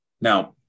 Now